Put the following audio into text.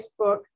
Facebook